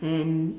and